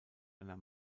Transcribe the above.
einer